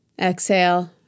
exhale